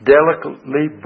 Delicately